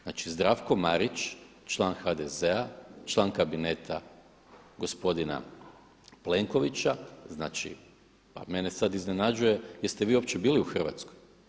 Znači, Zdravko Marić član HDZ-a, član kabineta gospodina Plenkovića, znači pa mene sad iznenađuje jeste vi uopće bili u Hrvatskoj.